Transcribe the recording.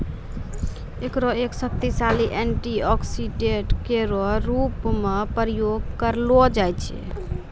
एकरो एक शक्तिशाली एंटीऑक्सीडेंट केरो रूप म प्रयोग करलो जाय छै